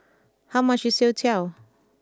how much is Youtiao